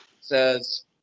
says